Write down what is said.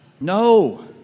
No